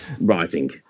writing